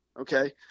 okay